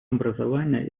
образования